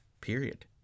Period